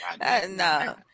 No